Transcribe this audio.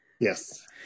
Yes